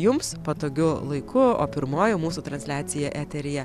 jums patogiu laiku o pirmoji mūsų transliacija eteryje